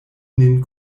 nin